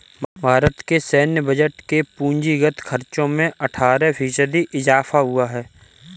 भारत के सैन्य बजट के पूंजीगत खर्चो में अट्ठारह फ़ीसदी इज़ाफ़ा हुआ है